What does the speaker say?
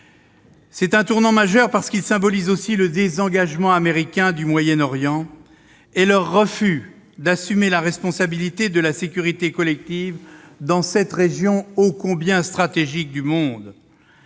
à la guerre civile syrienne. Ils symbolisent ensuite le désengagement américain du Moyen-Orient et leur refus d'assumer la responsabilité de la sécurité collective dans cette région ô combien stratégique du monde.